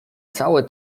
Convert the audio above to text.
całe